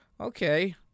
okay